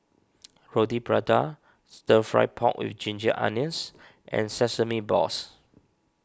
Roti Prata Stir Fried Pork with Ginger Onions and Sesame Balls